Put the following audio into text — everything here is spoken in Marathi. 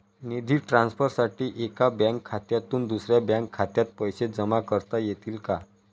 निधी ट्रान्सफरसाठी एका बँक खात्यातून दुसऱ्या बँक खात्यात पैसे जमा करता येतील का?